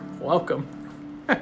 welcome